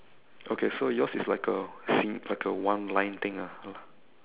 okay so yours is like a like a one line thing ah